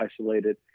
isolated